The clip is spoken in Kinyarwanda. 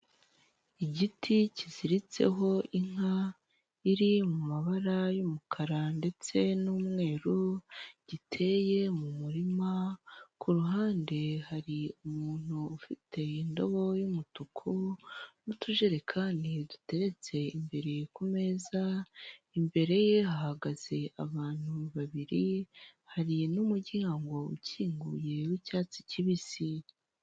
Igiti kiziritseho inka iri mu mabara y'umukara ndetse n'umweru giteye mu murima, ku ruhande hari umuntu ufite indobo y'umutuku n'utujerekani duteretse imbere kumeza. Imbere ye hahagaze abantu babiri, hari n'umuryango ukinguye w'icyatsi kibisi.